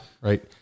right